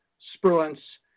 Spruance